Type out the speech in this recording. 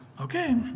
okay